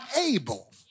able